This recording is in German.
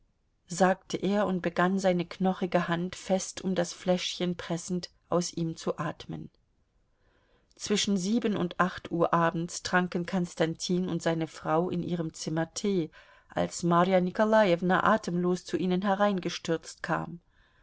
sagte er und begann seine knochige hand fest um das fläschchen pressend aus ihm zu atmen zwischen sieben und acht uhr abends tranken konstantin und seine frau in ihrem zimmer tee als marja nikolajewna atemlos zu ihnen hereingestürzt kam